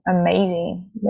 amazing